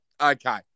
okay